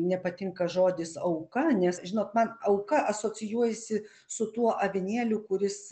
nepatinka žodis auka nes žinot man auka asocijuojasi su tuo avinėliu kuris